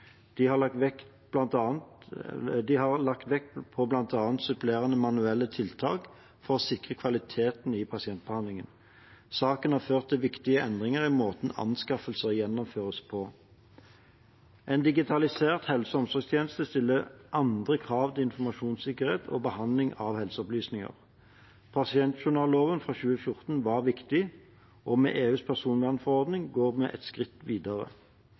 De har lagt vekt på bl.a. supplerende manuelle tiltak for å sikre kvaliteten i pasientbehandlingen. Saken har ført til viktige endringer i måten anskaffelser gjennomføres på. En digitalisert helse- og omsorgstjeneste stiller andre krav til informasjonssikkerhet og behandling av helseopplysninger. Pasientjournalloven fra 2014 var viktig, og med EUs personvernforordning går vi et skritt videre.